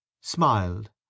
smiled